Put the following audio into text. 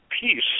peace